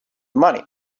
money